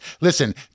Listen